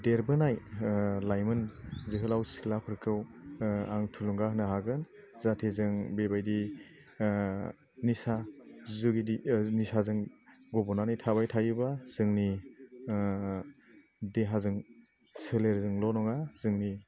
देरबोनाय लाइमोन जोहोलाव सिख्लाफोरखौ आं थुलुंगा होनो हागोन जाहाथे जों बेबायदि निसा जुगिदि निसा जों गब'नानै थाबाय थायोबा जोंनि देहाजों सोलेरजोंल' नङा जोंनि